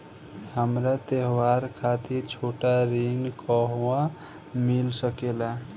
हमरा त्योहार खातिर छोटा ऋण कहवा मिल सकेला?